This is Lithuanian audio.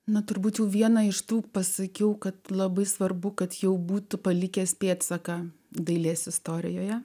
na turbūt viena iš tų pasakiau kad labai svarbu kad jau būtų palikęs pėdsaką dailės istorijoje